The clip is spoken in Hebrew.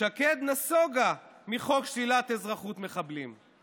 שקד נסוגה מחוק שלילת אזרחות ממחבלים.